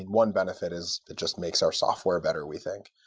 one benefit is it just makes our software better, we think.